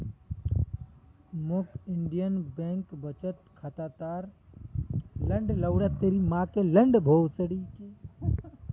मौक Indian Bank बचत खातार शाखात बदलाव करवाना छ